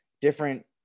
different